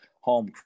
home